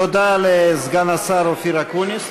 תודה לסגן השר אופיר אקוניס.